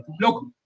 look